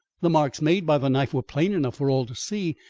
the marks made by the knife were plain enough for all to see,